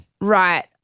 Right